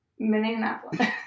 Minneapolis